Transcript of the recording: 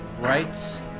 right